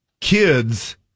kids